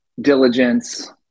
diligence